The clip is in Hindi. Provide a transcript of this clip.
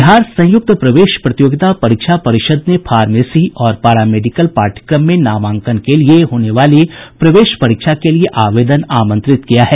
बिहार संयुक्त प्रवेश प्रतियोगिता परीक्षा परिषद ने फार्मेसी और पारा मेडिकल पाठ्यक्रम में नामांकन के लिए होने वाली प्रवेश परीक्षा के लिए आवेदन आमंत्रित किया है